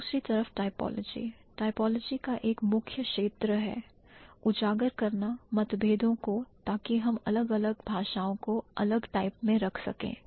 दूसरी तरफ typology typology का एक मुख्य क्षेत्र है उजागर करना मतभेदों को ताकि हम अलग अलग भाषाओं को अलग टाइप में रख सकें